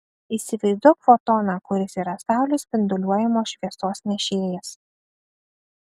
įsivaizduok fotoną kuris yra saulės spinduliuojamos šviesos nešėjas